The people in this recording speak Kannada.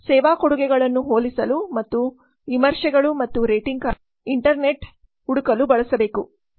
ಸೇವಾ ಕೊಡುಗೆಗಳನ್ನು ಹೋಲಿಸಲು ಮತ್ತು ವಿಮರ್ಶೆಗಳು ಮತ್ತು ರೇಟಿಂಗ್ಗಾಗಿ ಹುಡುಕಲು ಇಂಟರ್ನೆಟ್ ಬಳಸಿ